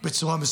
לא,